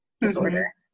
disorder